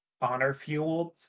honor-fueled